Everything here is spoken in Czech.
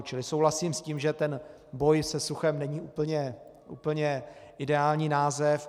Čili souhlasím s tím, že ten boj se suchem není úplně ideální název.